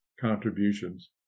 contributions